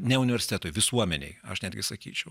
ne universitetui visuomenei aš netgi sakyčiau